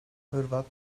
hırvat